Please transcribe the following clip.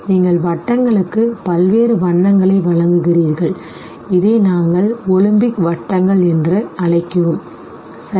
நீங்கள் வட்டங்களுக்கு பல்வேறு வண்ணங்களை வழங்குகிறீர்கள் இதை நாங்கள் ஒலிம்பிக் வட்டங்கள் என்று அழைக்கிறோம் சரி